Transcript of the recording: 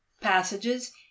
Passages